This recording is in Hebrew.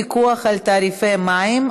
פיקוח על תעריפי מים),